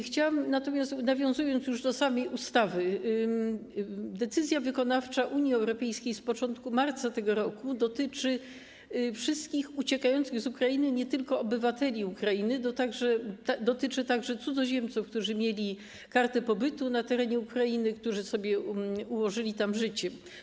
Chciałabym natomiast, nawiązując już do samej ustawy, powiedzieć, że decyzja wykonawcza Unii Europejskiej z początku marca tego roku dotyczy wszystkich uciekających z Ukrainy, nie tylko obywateli Ukrainy, dotyczy także cudzoziemców, którzy mieli kartę pobytu na terenie Ukrainy, którzy ułożyli sobie tam życie.